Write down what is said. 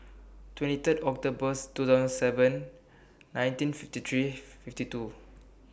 twenty Third October's two thousand seven nineteen fifty three fifty two